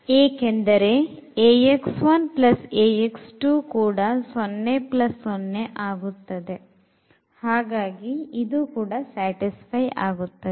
ಏಕೆಂದರೆ Ax1 Ax2 00ಆಗುತ್ತದೆ ಹಾಗಾಗಿ ಇದು ಕೂಡ satisfy ಆಗುತ್ತದೆ